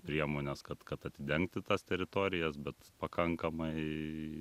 priemones kad kad atidengti tas teritorijas bet pakankamai